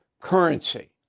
currency